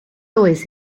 always